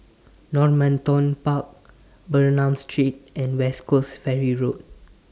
Normanton Park Bernam Street and West Coast Ferry Road